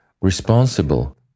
responsible